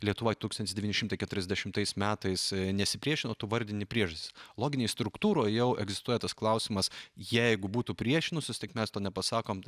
lietuvoj tūkstantis devyni šimtai keturiasdešimtais metais nesipriešino o tu vardini priežastis loginėj struktūroj jau egzistuoja tas klausimas jeigu būtų priešinusis tik mes to nepasakom taip